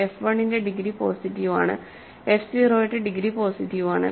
F 1 ന്റെ degree positive ആണ് F 0 യുടെ ഡിഗ്രി പോസിറ്റീവ് ആണ്